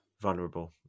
vulnerable